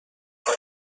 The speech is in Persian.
کاشف